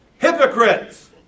Hypocrites